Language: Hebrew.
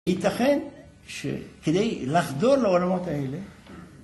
ייתכן שכדי לחדור לעולמות האלה